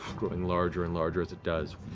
growing larger and larger as it does.